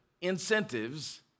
incentives